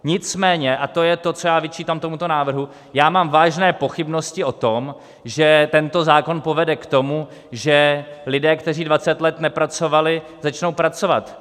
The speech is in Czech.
Nicméně a to je to, co vyčítám tomuto návrhu mám vážné pochybnosti o tom, že tento zákon povede k tomu, že lidé, kteří 20 let nepracovali, začnou pracovat.